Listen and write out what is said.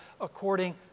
according